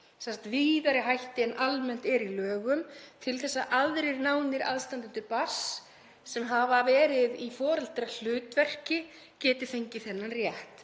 sagt víðari hætti en almennt er í lögum, til að aðrir nánir aðstandendur barns sem hafa verið í foreldrahlutverki geti fengið þennan rétt.